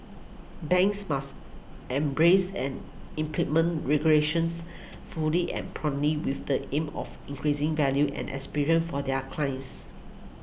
banks must embrace and implement regulations fully and promptly with the aim of increasing value and experience for their clients